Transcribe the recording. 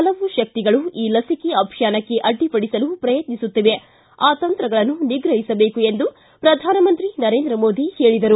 ಹಲವು ಶಕ್ತಿಗಳು ಈ ಲಸಿಕೆ ಅಭಿಯಾನಕ್ಕೆ ಅಡ್ಡಿಪಡಿಸಲು ಪ್ರಯತ್ನಿಸುತ್ತವೆ ಆ ತಂತ್ರಗಳನ್ನು ನಿಗ್ರಹಿಸಬೇಕು ಎಂದು ಪ್ರಧಾನಮಂತ್ರಿ ನರೇಂದ್ರ ಮೋದಿ ಹೇಳಿದರು